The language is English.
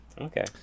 Okay